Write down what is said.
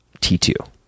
T2